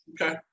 okay